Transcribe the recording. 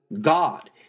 God